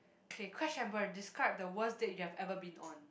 okay crash and burn describe the worst date you have ever been on